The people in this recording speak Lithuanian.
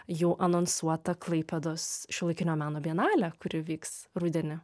jau anonsuotą klaipėdos šiuolaikinio meno bienalę kuri vyks rudenį